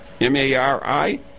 M-A-R-I